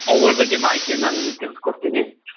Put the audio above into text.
ಅವುಗಳ ಬಗ್ಗೆ ಮಾಹಿತಿಯನ್ನು ನಿಮಗೆ ತಿಳ್ಸ್ಕೊಡ್ತೀನಿ